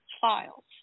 Files